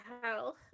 hell